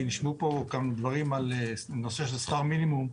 נשמעו פה כמה דברים על נושא שכר המינימום.